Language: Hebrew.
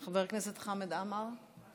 חבר הכנסת חמד עמאר,